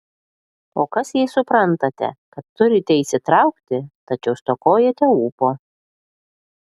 o kas jei suprantate kad turite įsitraukti tačiau stokojate ūpo